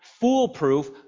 foolproof